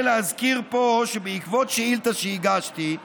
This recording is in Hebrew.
להזכיר את הנושא הזה משום שהוא עולה מדי פעם